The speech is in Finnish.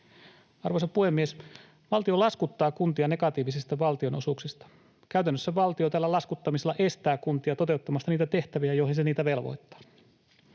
Arvoisa puhemies! Valtio laskuttaa kuntia negatiivisista valtionosuuksista. Käytännössä tällä laskuttamisella valtio estää kuntia toteuttamasta niitä tehtäviä, joihin se niitä velvoittaa.